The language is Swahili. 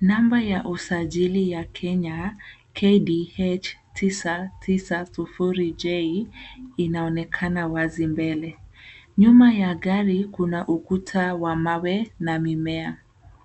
Namba ya usajili ya Kenya KDH 990J inaonekana wazi mbele. Nyuma ya gari kuna ukuta wa mawe na mimea.